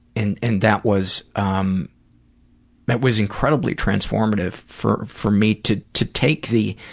and and that was, um that was incredibly transformative for for me to to take the,